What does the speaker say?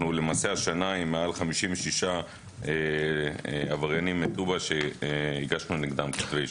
אנחנו למעשה השנה עם מעל 56 עבריינים מטובא שהגשנו נגדם כתבי אישום.